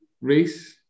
race